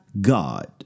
God